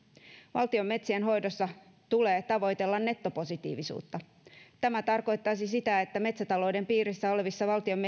valtion metsien hoidossa tulee tavoitella nettopositiivisuutta tämä tarkoittaisi sitä että metsätalouden piirissä olevissa valtion metsissä